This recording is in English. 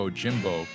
jimbo